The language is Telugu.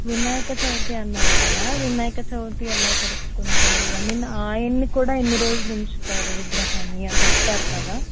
వినాయక చవితి అన్నారు కదా వినాయక చవితి ఎలా జరుపుకుంటారు ఐ మీన్ ఆయన్ని కూడా ఎన్ని రోజులు ఉంచుతారు విగ్రహాన్ని అని చెప్తారు కదా